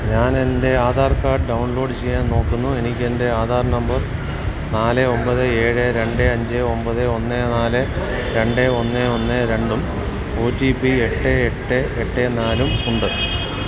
ഞാൻ എൻ്റെ Aadhaar card download ചെയ്യാൻ നോക്കുന്നു എനിക്കെൻ്റെ ആധാർ നമ്പർ നാല് ഒൻപത് ഏഴ് രണ്ട് അഞ്ച് ഒൻപത് ഒന്ന് നാല് രണ്ട് ഒന്ന് ഒന്ന് രണ്ടും ഒ ടി പി എട്ട് എട്ട് എട്ട് നാലും ഉണ്ട്